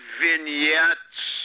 vignettes